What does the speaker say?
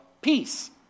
peace